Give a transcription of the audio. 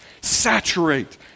saturate